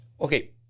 okay